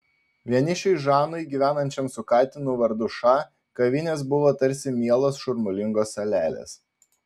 vienišiui žanui gyvenančiam su katinu vardu ša kavinės buvo tarsi mielos šurmulingos salelės